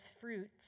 fruits